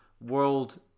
world